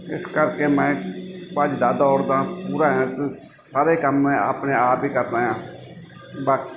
ਇਸ ਕਰਕੇ ਮੈਂ ਭੱਜਦਾ ਦੋੜਦਾ ਪੂਰਾ ਐਂ ਸਾਰੇ ਕੰਮ ਮੈਂ ਆਪਣੇ ਆਪ ਹੀ ਕਰਦਾ ਹਾਂ ਬਾ